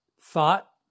thought